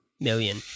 million